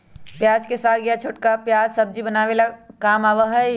प्याज के साग या छोटका प्याज सब्जी बनावे के काम आवा हई